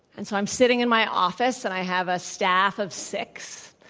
and so i'm sitting in my office, and i have a staff of six.